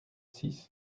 six